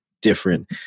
different